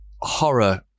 horror